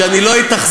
שאני לא אתאכזב,